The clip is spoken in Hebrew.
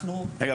רגע,